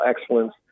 excellence